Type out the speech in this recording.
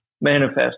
manifest